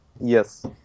Yes